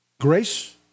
Grace